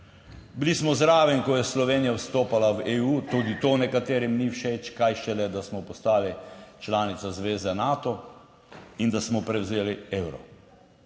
Bili smo zraven, ko je Slovenija vstopala v EU, tudi to nekaterim ni všeč, kaj šele, da smo postali članica zveze Nato in da smo prevzeli evro.